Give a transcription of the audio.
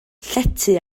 llety